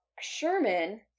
Sherman